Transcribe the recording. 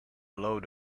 load